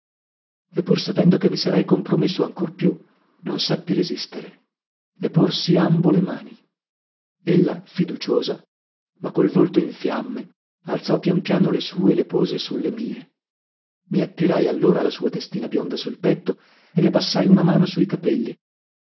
e pur sapendo che mi sarei compromesso ancor più non seppi resistere le porsi ambo le mani ella fiduciosa ma col volto in fiamme alzò pian piano le sue e le pose sulle mie i attirai allora la sua testina bionda sul petto e le passai una mano su i capelli